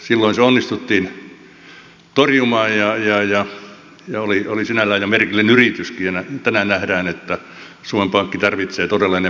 silloin se onnistuttiin torjumaan ja se oli sinällään jo merkillinen yrityskin ja tänään nähdään että suomen pankki tarvitsee todella ne pääomansa mitkä sillä on